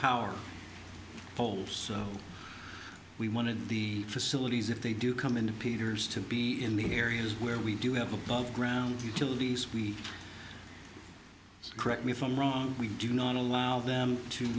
power poles we wanted the facilities if they do come into peter's to be in the areas where we do have above ground kilties we correct me if i'm wrong we do not allow them to